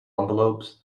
envelopes